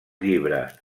llibres